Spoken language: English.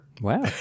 Wow